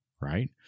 right